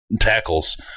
tackles